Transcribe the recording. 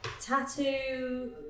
tattoo